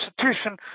constitution